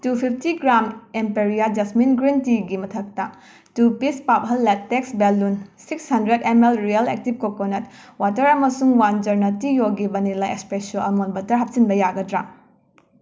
two fifty gram ꯑꯦꯝꯄꯔꯤꯌꯥ jasmine green ꯇꯤꯒꯤ ꯃꯊꯛꯇꯥ ꯇꯨ ꯄꯤꯁ ꯄꯥꯕꯍꯜ latex balloon six hundred M L real active coconut water ꯑꯃꯁꯨꯡ one jar ꯅꯇꯤ ꯌꯣꯒꯤ ꯕꯅꯤꯂꯥ ꯑꯦꯁꯄ꯭ꯔꯦꯁꯣ ꯑꯜꯃꯟ ꯕꯇꯔ ꯍꯥꯞꯆꯤꯟꯕ ꯌꯥꯒꯗ꯭ꯔꯥ